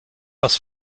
was